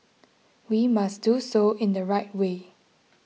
we must do so in the right way